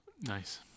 Nice